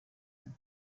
ane